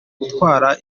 gutwara